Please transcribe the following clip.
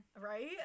right